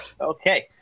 Okay